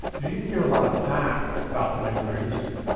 you didn't hear a lot of facts about the nuclear industry,